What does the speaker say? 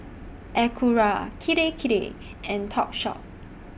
Acura Kirei Kirei and Topshop